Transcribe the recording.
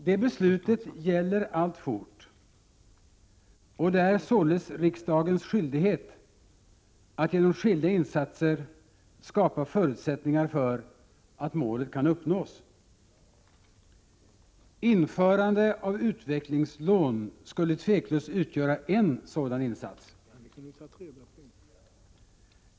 Det beslutet gäller alltfort, och det är således riksdagens skyldighet att genom skilda insatser skapa förutsättningar för att målet kan uppnås. Införande av utvecklingslån skulle otvivelaktigt utgöra en sådan insats.